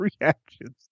Reactions